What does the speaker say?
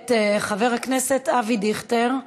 וכעת חבר הכנסת אבי דיכטר,